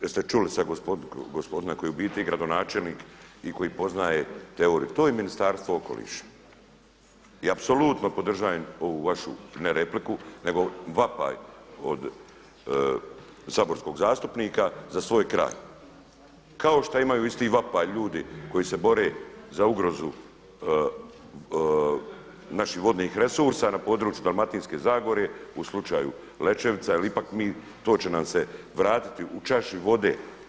Jeste čuli sada gospodina koji je u biti gradonačelnik i koji poznaje teoriju, to je Ministarstvo okoliša i apsolutno podržajem ovu vašu ne repliku nego vapaj od saborskog zastupnika za svoj kraj, kao što imaju isti vapaj ljudi koji se bore za ugrozu naših vodnih resursa na području Dalmatinske Zagore u slučaju Lećevica jel ipak mi to će nam se vratiti u čaši vode.